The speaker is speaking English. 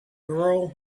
girl